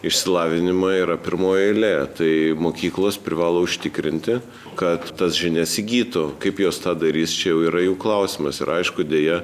išsilavinimą yra pirmoj eilėje tai mokyklos privalo užtikrinti kad tas žinias įgytų kaip jos tą darys čia jau yra jų klausimas ir aišku deja